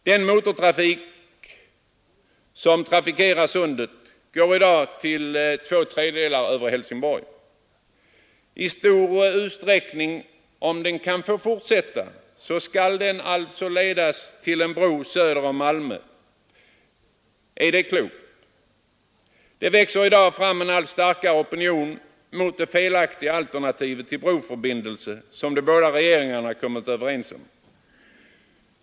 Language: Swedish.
Den motortrafik som fortsätter över Öresund går i dag till två tredjedelar över Helsingborg. I stor utsträckning, om den kan få fortsätta, skall den alltså ledas till en bro söder om Malmö. Är det klokt? Det växer i dag fram en allt starkare opinion mot det felaktiga alternativet till broförbindelse som de båda regeringarna kommit överens om.